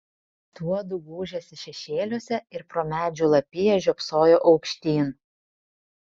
tuodu gūžėsi šešėliuose ir pro medžių lapiją žiopsojo aukštyn